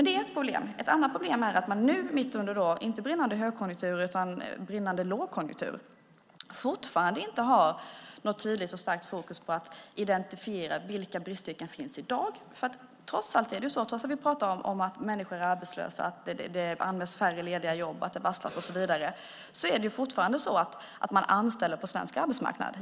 Det är ett problem. Ett annat problem är att man nu, mitt under brinnande lågkonjunktur, fortfarande inte har något tydligt och starkt fokus på att identifiera vilka bristyrken som finns i dag, för trots att vi pratar om att människor är arbetslösa, att det anmäls färre lediga jobb, att det varslas och så vidare, är det fortfarande så att man anställer på svensk arbetsmarknad.